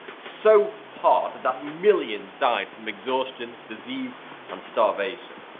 so hard that millions died from exhaustion, disease and starvation.